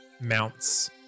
mounts